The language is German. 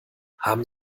haben